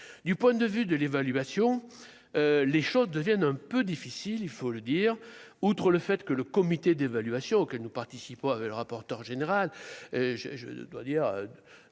du point de vue de l'évaluation, les choses deviennent un peu difficile, il faut le dire, outre le fait que le comité d'évaluation, auquel nous participons, le rapporteur général je, je dois dire,